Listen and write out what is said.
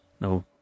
no